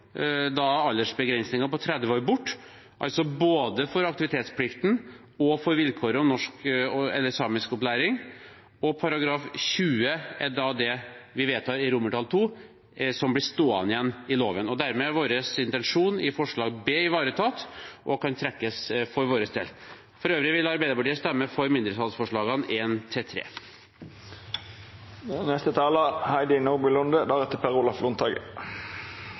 på 30 år bort, altså både for aktivitetsplikten og for vilkåret om norsk- eller samiskopplæring, og § 20 er da det vi vedtar i romertall II, som blir stående igjen i loven. Dermed er vår intensjon i forslaget til B ivaretatt og kan trekkes for vår del. For øvrig vil Arbeiderpartiet stemme for mindretallsforslagene